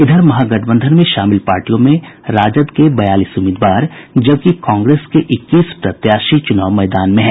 इधर महागठबंधन में शामिल पार्टियों में राष्ट्रीय जनता दल के बयालीस उम्मीदवार जबकि कांग्रेस के इक्कीस प्रत्याशी चुनाव मैदान में है